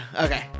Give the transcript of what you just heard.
Okay